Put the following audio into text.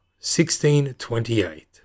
1628